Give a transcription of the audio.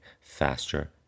faster